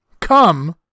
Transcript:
come